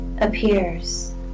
appears